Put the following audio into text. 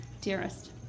Dearest